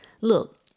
Look